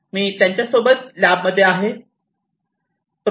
मी त्यांच्यासोबत लॅब मध्ये आहे